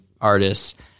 artists